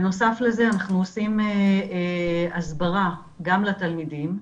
בנוסף לזה אנחנו עושים הסברה גם לתלמידים.